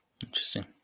Interesting